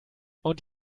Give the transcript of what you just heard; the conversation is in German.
und